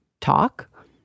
talk